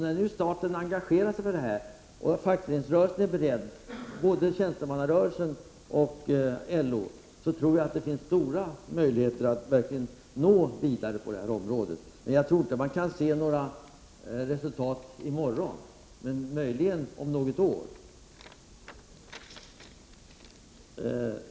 När nu staten har engagerat sig och fackföreningsrörelsen är beredd — både tjänstemannarörelsen och LO — så tror jag att det finns stora möjligheter att verkligen gå vidare på det här området. Men jag tror inte man kan se några resultat i morgon; möjligen om något år.